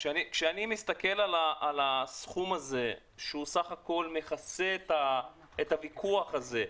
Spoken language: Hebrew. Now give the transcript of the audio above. כשאני מסתכל על הסכום הזה שהוא בסך הכול מכסה את הוויכוח הזה.